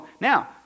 Now